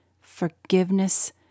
forgiveness